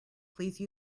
please